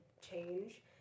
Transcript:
change